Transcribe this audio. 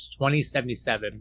2077